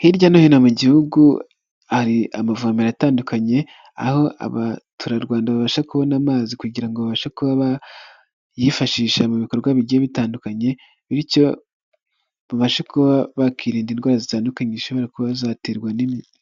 Hirya no hino mu gihugu hari amavomero atandukanye aho abaturarwanda babasha kubona amazi kugira babashe kuba bayifashisha mu bikorwa bigiye bitandukanye, bityo babashe kuba bakirinda indwara zitandukanye zishobora kuba zaterwa